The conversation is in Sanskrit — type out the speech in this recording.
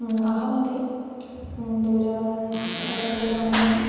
अहमपि दूरवाणी एव दूरवाण्या